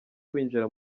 kwinjira